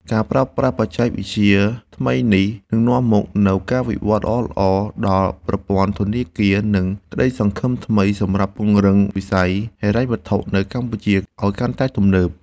ការប្រើប្រាស់បច្ចេកវិទ្យាថ្មីនេះនឹងនាំមកនូវការវិវត្តល្អៗដល់ប្រព័ន្ធធនាគារ និងក្តីសង្ឃឹមថ្មីសម្រាប់ពង្រឹងវិស័យហិរញ្ញវត្ថុនៅកម្ពុជាឱ្យកាន់តែទំនើប។